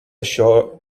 šio